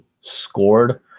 scored